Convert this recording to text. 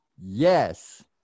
Yes